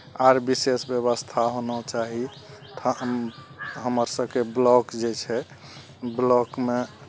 आओर विशेष व्यवस्था होना चाही हमर सबके ब्लॉक जे छै ब्लॉकमे